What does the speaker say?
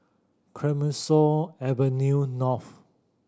Clemenceau Avenue North